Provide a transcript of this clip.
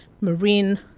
marine